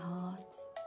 hearts